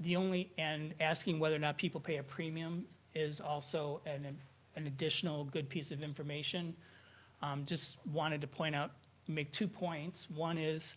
the only and asking whether or not people pay a premium is also an an additional good piece of information. i um just wanted to point out make two points. one is